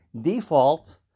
default